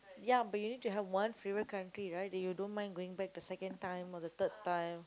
ya but you need to have one favourite country right that you don't mind going back the second time or the third time